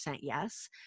yes